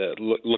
look